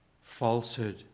falsehood